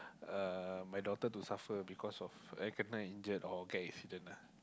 uh my daughter to suffer because of I kena injured or car accident lah